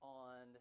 on